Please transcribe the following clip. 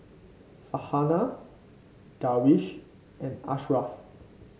Farhanah Darwish and Ashraf